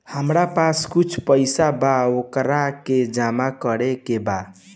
हमरा पास कुछ पईसा बा वोकरा के जमा करे के बा?